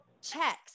checks